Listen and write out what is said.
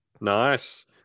Nice